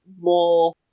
more